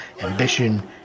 ambition